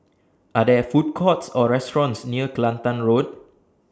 Are There Food Courts Or restaurants near Kelantan Road